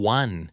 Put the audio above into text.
one